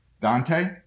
Dante